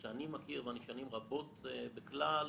ואני שנים רבות בכלל,